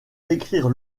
décrire